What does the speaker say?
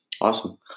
awesome